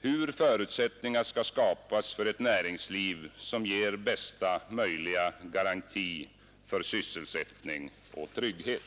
hur förutsättningar skall skapas för ett näringsliv, som ger bästa möjliga garanti för sysselsättning och trygghet.